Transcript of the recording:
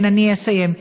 כן, אסיים.